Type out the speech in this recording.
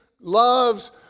loves